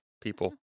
people